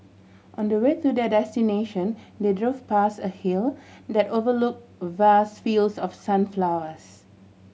on the way to their destination they drove past a hill that overlook vast fields of sunflowers